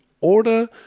order